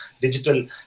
digital